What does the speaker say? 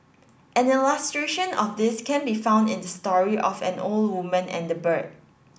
an illustration of this can be found in the story of an old woman and the bird